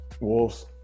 Wolves